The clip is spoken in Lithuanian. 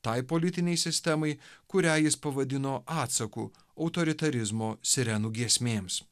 tai politinei sistemai kurią jis pavadino atsaku autoritarizmo sirenų giesmėms